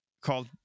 called